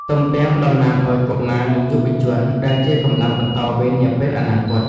ទំពាំងតំណាងឱ្យកុមារ និងយុវជន ដែលជាកម្លាំងបន្តវេននាពេលអនាគត។